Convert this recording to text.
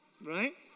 Right